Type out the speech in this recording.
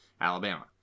Alabama